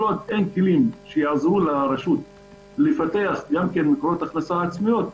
כל עוד אין כלים שיעזרו לרשות לפתח מקורות הכנסה עצמאיות,